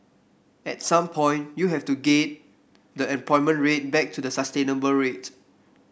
at some point you have to get the unemployment rate back to the sustainable rate